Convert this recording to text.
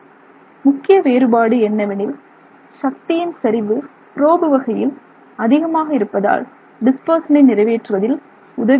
முக்கிய வேறுபாடு என்னவெனில் சக்தியின் செறிவு ப்ரோப் வகையில் அதிகமாக இருப்பதால் துகளை பரப்புவதில் உதவியாக உள்ளது